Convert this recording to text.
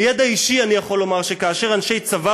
מידע אישי אני יכול לומר שכאשר אנשי צבא